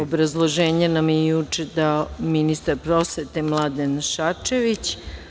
Obrazloženje nam je juče dao ministar prosvete Mladen Šarčević.